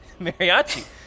mariachi